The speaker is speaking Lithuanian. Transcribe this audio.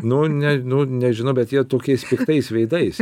nu ne nu nežinau bet jie tokiais piktais veidais